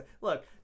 Look